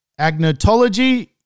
Agnotology